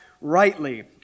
rightly